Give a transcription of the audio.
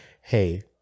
hey